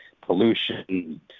pollution